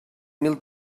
mil